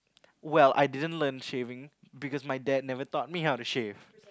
well I didn't learn shaving because my dad never taught me how to shave